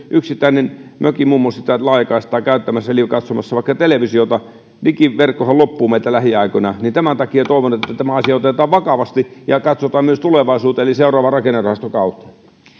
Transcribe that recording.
vaikka yksittäinen mökinmummo sitä laajakaistaa käyttämässä eli katsomassa vaikka televisiota digiverkkohan loppuu meiltä lähiaikoina tämän takia toivon että että tämä asia otetaan vakavasti ja katsotaan myös tulevaisuuteen eli seuraavaa rakennerahastokautta